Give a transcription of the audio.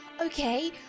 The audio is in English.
okay